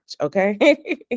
okay